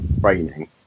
training